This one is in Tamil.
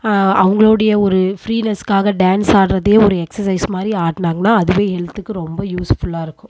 அவங்களோடைய ஒரு ஃப்ரீனஸ்காக டான்ஸ் ஆடுறதே ஒரு எக்ஸசைஸ் மாதிரி ஆடினாங்கன்னா அதுவே ஹெல்த்துக்கு ரொம்ப யூஸ்ஃபுல்லாக இருக்கும்